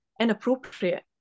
inappropriate